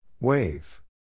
Wave